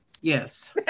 Yes